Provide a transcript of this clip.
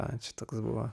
va čia toks buvo